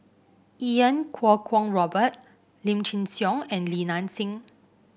Iau Kuo Kwong Robert Lim Chin Siong and Li Nanxing